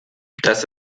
dass